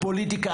זה פוליטיקה,